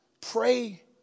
Pray